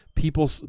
People